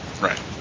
Right